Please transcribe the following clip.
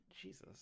jesus